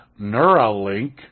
Neuralink